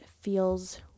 feels